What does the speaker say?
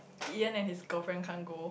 Yi-Yen and his girlfriend can't go